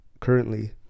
currently